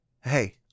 hey